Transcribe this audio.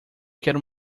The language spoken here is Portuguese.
quero